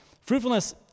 Fruitfulness